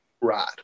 right